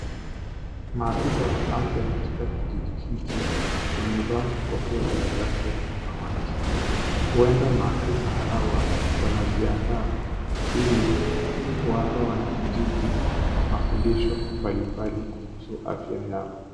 Maafisa wa afya katika kijiji hiki wamevaa kofia zenye rangi ya samawati, huenda maafisa hawa wanajiandaa ili kuwapa wanakijiji mafundisho mbalimbali kuhusu afya yao.